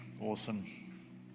Awesome